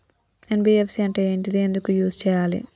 NBFC అంటే ఏంటిది ఎందుకు యూజ్ చేయాలి?